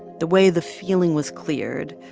the way the feeling was cleared,